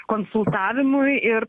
konsultavimui ir